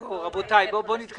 רבותי, בואו נתקדם.